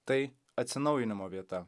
tai atsinaujinimo vieta